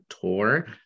tour